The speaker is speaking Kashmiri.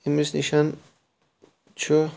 أمِس نِش چھُ